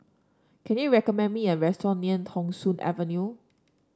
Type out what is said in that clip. can you recommend me a restaurant near Thong Soon Avenue